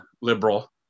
liberal